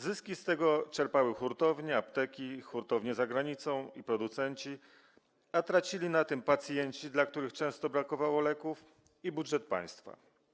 Zyski z tego czerpały hurtownie, apteki, hurtownie za granicą i producenci, a tracili na tym pacjenci, dla których często brakowało leków, i budżet państwa.